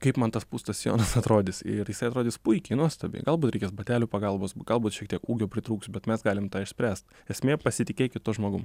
kaip man tas pūstas sijonas atrodys ir jisai atrodys puikiai nuostabiai galbūt reikės batelių pagalbos galbūt šiek tiek ūgio pritrūks bet mes galim tą išspręst esmė pasitikėkit tuo žmogum